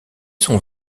sont